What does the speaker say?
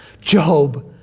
Job